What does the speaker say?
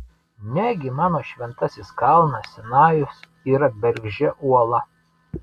negi mano šventasis kalnas sinajus yra bergždžia uola